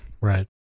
Right